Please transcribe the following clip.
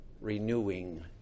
renewing